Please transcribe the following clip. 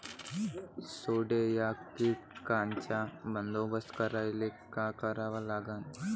सोंडे या कीटकांचा बंदोबस्त करायले का करावं लागीन?